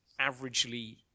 averagely